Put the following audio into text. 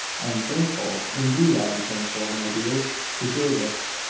i am thankful! indeed i am thankful, my dears, to hear this.